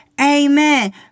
Amen